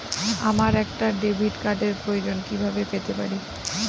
আমার একটা ডেবিট কার্ডের প্রয়োজন কিভাবে পেতে পারি?